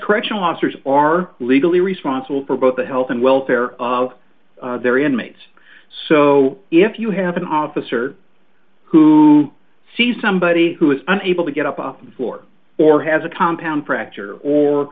correctional officers are legally responsible for both the health and welfare of their inmates so if you have an officer who sees somebody who is unable to get up off the floor or has a compound fracture or